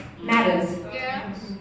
matters